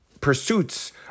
pursuits